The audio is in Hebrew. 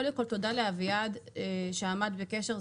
קודם כול תודה לאביעד שעמד בקשר,